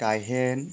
गायहेन